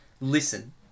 Listen